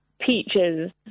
peaches